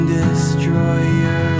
destroyer